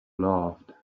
laughed